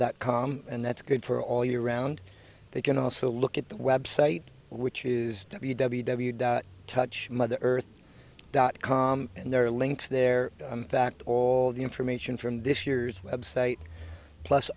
dot com and that's good for all year round they can also look at the website which is w w w touch mother earth dot com and there are links there fact all the information from this year's website plus